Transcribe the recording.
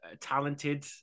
talented